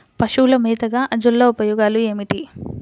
పశువుల మేతగా అజొల్ల ఉపయోగాలు ఏమిటి?